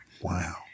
Wow